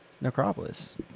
Necropolis